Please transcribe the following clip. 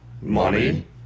money